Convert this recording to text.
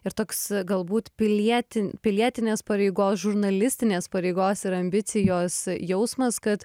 ir toks galbūt pilieti pilietinės pareigos žurnalistinės pareigos ir ambicijos jausmas kad